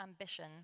ambition